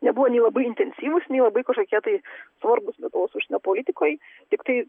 nebuvo nei labai intensyvūs nei labai kažkokie tai svarbūs lietuvos užsienio politikoj tiktai